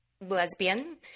Lesbian